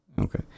Okay